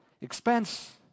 expense